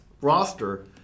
roster